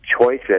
choices